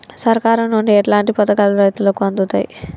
సర్కారు నుండి ఎట్లాంటి పథకాలు రైతులకి అందుతయ్?